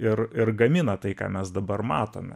ir ir gamina tai ką mes dabar matome